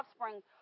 offspring